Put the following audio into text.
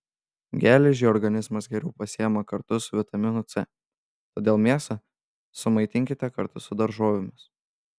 geležį organizmas geriau pasiima kartu su vitaminu c todėl mėsą sumaitinkite kartu su daržovėmis